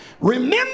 Remember